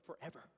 forever